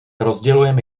rozdělujeme